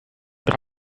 drei